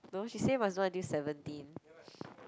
no she say must do until seventeen